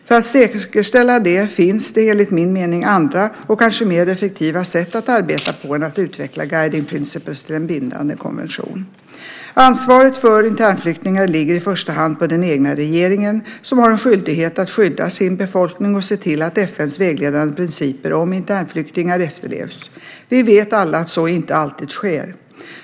För att säkerställa det finns det enligt min mening andra och kanske mer effektiva sätt att arbeta på än att utveckla guiding principles till en bindande konvention. Ansvaret för internflyktingar ligger i första hand på den egna regeringen, som har en skyldighet att skydda sin befolkning och se till att FN:s vägledande principer om internflyktingar efterlevs. Vi vet alla att så inte alltid sker.